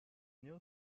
new